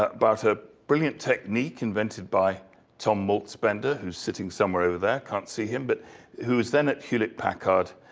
ah but brilliant technique, invented by tom malzbender, who's sitting somewhere over there. can't see him, but who was then at hewlett-packard